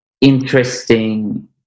interesting